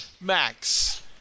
Max